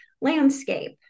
Landscape